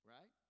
Right